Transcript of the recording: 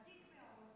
אתה פרלמנטר ותיק מאוד,